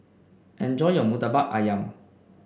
enjoy your murtabak ayam